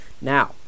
Now